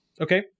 Okay